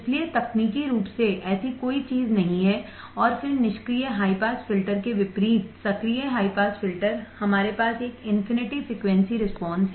इसलिए तकनीकी रूप से ऐसी कोई चीज नहीं है और फिर निष्क्रिय हाई पास फिल्टर के विपरीत सक्रिय हाई पास फिल्टर हमारे पास एक इंफिनिटी फ्रिकवेंसी रिस्पांस है